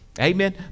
amen